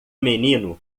menino